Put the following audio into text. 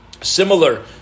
Similar